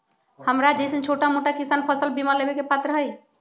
हमरा जैईसन छोटा मोटा किसान फसल बीमा लेबे के पात्र हई?